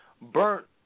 burnt